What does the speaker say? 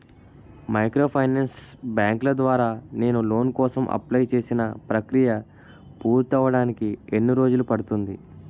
Microfinance బ్యాంకుల ద్వారా నేను లోన్ కోసం అప్లయ్ చేసిన ప్రక్రియ పూర్తవడానికి ఎన్ని రోజులు పడుతుంది?